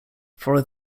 for